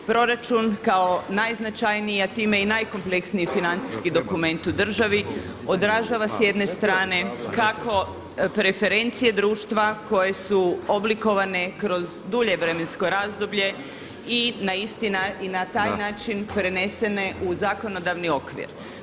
Proračun kao najznačanije, a time i najkompleksniji financijski dokument u državi odražava s jedne strane kako preferencije društva koje su oblikovane kroz dulje vremensko razdoblje i na taj način prenesene u zakonodavni okvir.